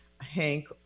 Hank